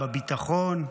בביטחון,